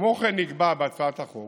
כמו כן נקבע בהצעת החוק